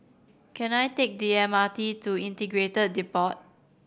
can I take the M R T to Integrated Depot